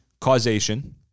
causation